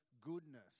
goodness